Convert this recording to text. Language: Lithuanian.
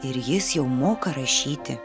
ir jis jau moka rašyti